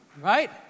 Right